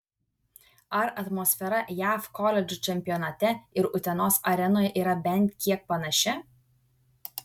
ar atmosfera jav koledžų čempionate ir utenos arenoje yra bent kiek panaši